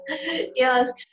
Yes